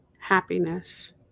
happiness